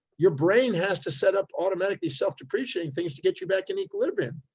your brain has to set up automatically self depreciating things to get you back in equilibrium.